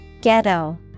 Ghetto